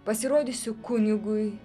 pasirodysiu kunigui